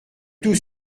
tout